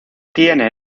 tiene